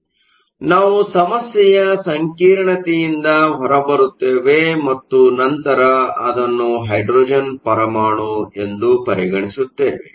ಆದ್ದರಿಂದ ನಾವು ಸಮಸ್ಯೆಯ ಸಂಕೀರ್ಣತೆಯಿಂದ ಹೊರಬರುತ್ತೇವೆ ಮತ್ತು ನಂತರ ಅದನ್ನು ಹೈಡ್ರೋಜನ್ ಪರಮಾಣು ಎಂದು ಪರಿಗಣಿಸುತ್ತೇವೆ